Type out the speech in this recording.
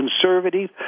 conservative